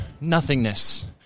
nothingness